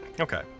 Okay